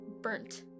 burnt